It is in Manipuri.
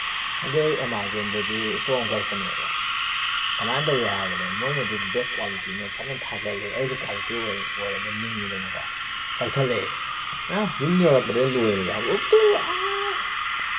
ꯍꯟꯗꯛ ꯑꯩ ꯑꯦꯃꯥꯖꯣꯟꯗꯒꯤ ꯏꯁꯇꯣꯞ ꯑꯃ ꯀꯛꯄꯅꯦꯕ ꯀꯃꯥꯏꯅ ꯇꯧꯒꯦ ꯍꯥꯏꯕꯗ ꯃꯣꯏꯅꯗꯤ ꯕꯦꯁ ꯀ꯭ꯋꯥꯂꯤꯇꯤꯅꯤ ꯐꯖꯅ ꯊꯥꯒꯠꯅꯤ ꯑꯩꯁꯨ ꯀ꯭ꯋꯥꯂꯤꯇꯤ ꯑꯣꯏꯔꯕꯣꯏ ꯅꯤꯡꯉꯨꯗꯅꯀꯣ ꯀꯛꯊꯠꯂꯦ ꯑ ꯌꯨꯝ ꯌꯧꯔꯛꯄꯗꯗꯤ ꯂꯣꯏꯔꯦ ꯑꯃꯨꯛꯇꯣꯏꯕ ꯑꯥꯁ